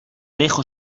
dejo